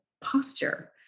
posture